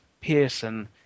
Pearson